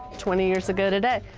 twenty years ago today.